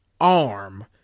arm